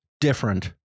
different